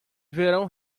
verão